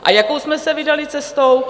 A jakou jsme se vydali cestou?